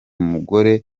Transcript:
mugore